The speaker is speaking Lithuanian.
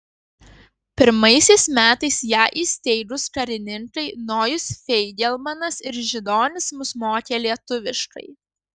pirmaisiais metais ją įsteigus karininkai nojus feigelmanas ir židonis mus mokė lietuviškai